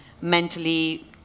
mentally